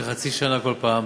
של חצי שנה כל פעם.